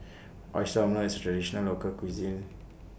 Oyster Omelette IS A Traditional Local Cuisine